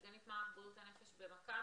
סגנית מנהלת מחלקת בריאות הנפש במכבי,